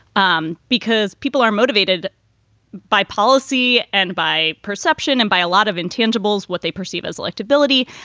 um because people are motivated by policy and by perception and by a lot of intangibles, what they perceive as electability.